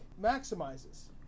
maximizes